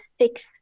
six